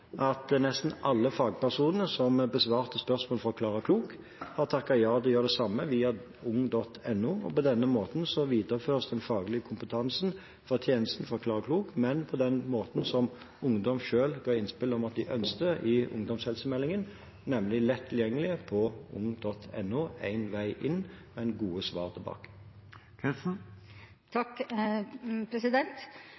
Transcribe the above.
at nesten alle fagpersonene som besvarte spørsmål for Klara Klok, har takket ja til å gjøre det samme via ung.no. På denne måten videreføres den faglige kompetansen fra tjenesten fra Klara Klok, men på den måten som ungdom selv har gitt innspill til i ungdomshelsemeldingen at de ønsker, nemlig lett tilgjengelig på ung.no – én vei inn og gode svar tilbake.